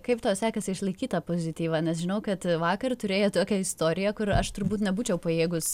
kaip tau sekasi išlaikyt tą pozityvą nes žinau kad vakar turėjai tokią istoriją kur aš turbūt nebūčiau pajėgus